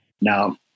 Now